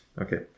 Okay